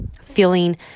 feeling